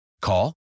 Call